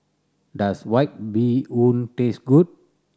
does White Bee Hoon taste good